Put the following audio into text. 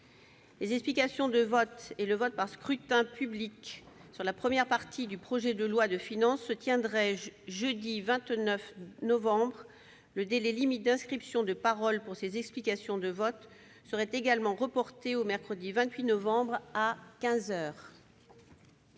Les explications de vote et le vote par scrutin public sur la première partie du projet de loi de finances se tiendraient jeudi 29 novembre. Le délai limite d'inscription de parole pour ces explications de vote serait également reporté au mercredi 28 novembre, à